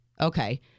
okay